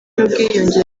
n’ubwiyunge